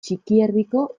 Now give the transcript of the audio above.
txikierdiko